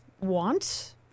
want